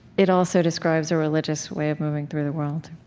it also describes a religious way of moving through the world